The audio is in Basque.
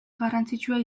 garrantzitsua